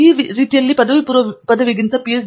ಆದ್ದರಿಂದ ಇದು ಪದವಿಪೂರ್ವ ಪದವಿಗಿಂತ ವಿಶಿಷ್ಟವಾಗಿದೆ